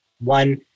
one